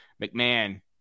McMahon